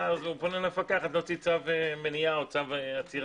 ואז הוא פונה למפקחת להוציא צו מניעה או צו עצירה.